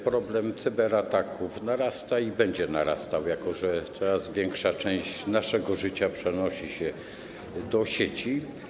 Problem cyberataków narasta i będzie narastał, jako że coraz większa część naszego życia przenosi się do sieci.